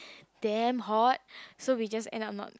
damn hot so we just end up not